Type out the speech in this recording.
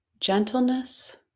gentleness